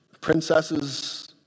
princesses